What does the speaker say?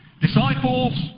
Disciples